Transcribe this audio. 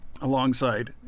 alongside